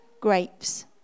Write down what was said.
grapes